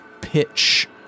pitch